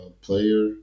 player